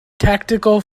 tactical